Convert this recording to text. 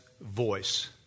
voice